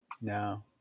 No